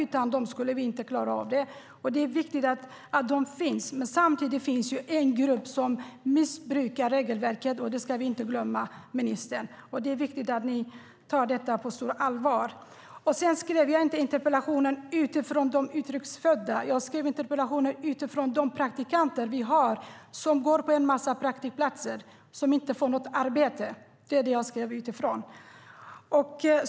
Utan dem skulle vi inte klara av detta. Det är viktigt att de finns. Samtidigt finns det en grupp som missbrukar regelverket. Det ska vi inte glömma, ministern. Det är viktigt att ni tar detta på stort allvar. Jag skrev inte interpellationen utifrån de utrikes födda. Jag skrev interpellationen utifrån de praktikanter vi har som går på en massa praktikplatser men inte får något arbete. Det är det jag skrev utifrån.